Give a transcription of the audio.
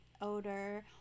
odor